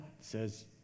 says